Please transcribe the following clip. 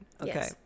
Okay